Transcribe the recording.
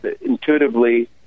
intuitively